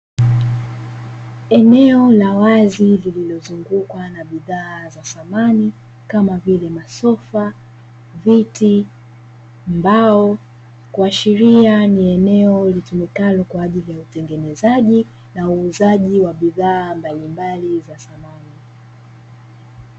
Eneo la wazi lilozungukwa na bidhaa za dhamani kama vile viti, mbao zinazo onyesha ni sehemu ya uuzaji wa bidhaa za dhamani